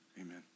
Amen